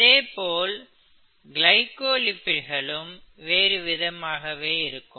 இதேபோல் கிளைகோ லிபிட்டுகளும் வேறு விதமாகவே இருக்கும்